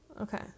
Okay